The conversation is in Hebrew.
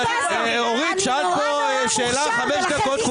שאלת פה שאלה חמש דקות.